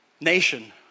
nation